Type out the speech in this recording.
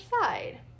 side